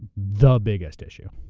the biggest issue.